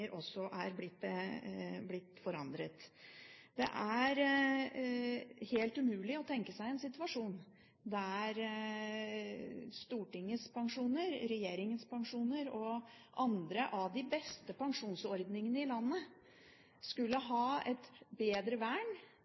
også er blitt forandret. Det er helt umulig å tenke seg en situasjon der Stortingets pensjoner, regjeringens pensjoner og andre av de beste pensjonsordningene i landet skulle ha et bedre vern